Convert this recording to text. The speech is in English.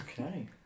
okay